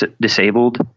disabled